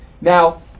Now